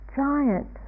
giant